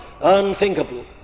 Unthinkable